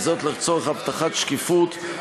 וזאת תורך הבטחת שקיפות,